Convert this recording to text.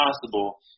possible